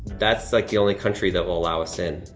that's like the only country that will allow us in.